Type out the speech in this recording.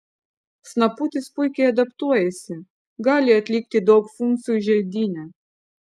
snaputis puikiai adaptuojasi gali atlikti daug funkcijų želdyne